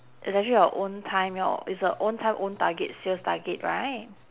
it's actually your own time your it's a own time own target sales target right